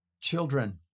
children